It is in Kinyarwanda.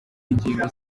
inkingo